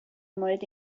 مورد